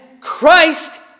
Christ